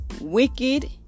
wicked